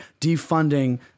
defunding